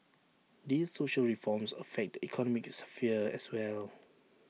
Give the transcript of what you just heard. these social reforms affect economic sphere as well